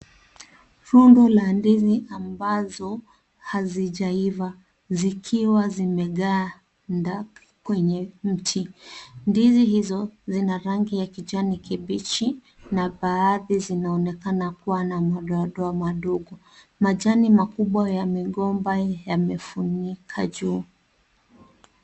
Fundu la ndizi ambazo hazijaiva zikiwa zimeganda kwenye mti, ndizi hizo zina rangi ya kijani kibichi na baadhi zinaonekana kuwa na madoamadoa madogo, majani makubwa ya migomba yamefunika juu.